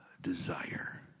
desire